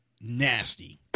nasty